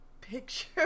picture